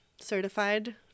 certified